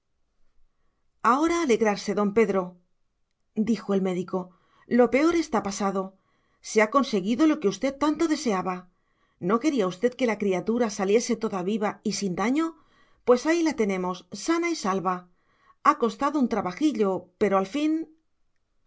ahora alegrarse don pedro dijo el médico lo peor está pasado se ha conseguido lo que usted tanto deseaba no quería usted que la criatura saliese toda viva y sin daño pues ahí la tenemos sana y salva ha costado trabajillo pero al fin